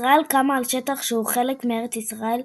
ישראל קמה על שטח שהוא חלק מארץ ישראל,